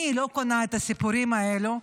אני לא קונה את הסיפורים האלה.